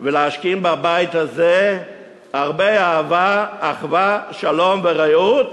ולהשכין בבית הזה הרבה אהבה, אחווה, שלום ורעות,